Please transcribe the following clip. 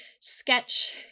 sketch